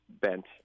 bent